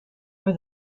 for